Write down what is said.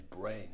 brain